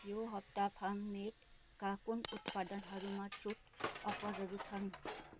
यो हप्ता फार्म मेडका कुन उत्पादनहरूमा छुट अफरहरू छन्